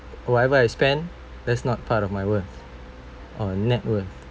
whatever I spend that's not part of my worth or net worth